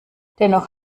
dennoch